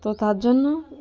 তো তার জন্য